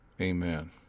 Amen